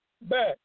back